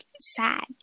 sad